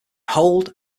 hold